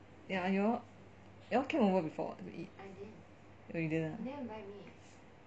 ya you all you all came over before [what] to eat oh you didn't